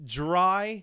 dry